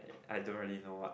I don't really know what